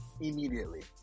immediately